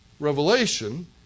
Revelation